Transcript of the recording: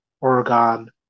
Oregon